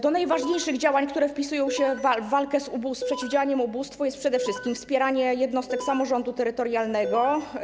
Do najważniejszych działań, które wpisują się w walkę z ubóstwem, w przeciwdziałanie ubóstwu, należy przede wszystkim wspieranie jednostek samorządu terytorialnego.